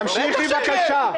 בטח שיש.